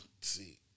See